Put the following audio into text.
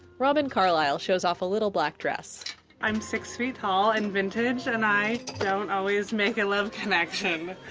robin carlisle shows off a little black dress i'm six feet tall, and vintage and and i don't always make a love connection.